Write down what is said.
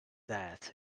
death